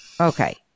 Okay